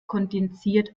kondensiert